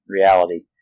reality